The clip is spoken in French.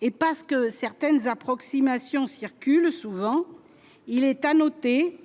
et parce que certaines approximations circulent souvent, il est à noter